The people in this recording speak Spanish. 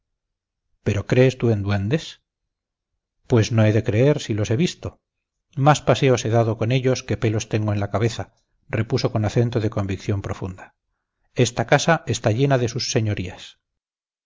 pero crees tú en duendes pues no he de creer si los he visto más paseos he dado con ellos que pelos tengo en la cabeza repuso con acento de convicción profunda esta casa está llena de sus señorías